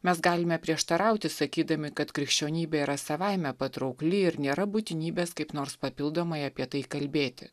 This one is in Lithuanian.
mes galime prieštarauti sakydami kad krikščionybė yra savaime patraukli ir nėra būtinybės kaip nors papildomai apie tai kalbėti